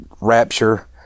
rapture